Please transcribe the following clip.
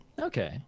Okay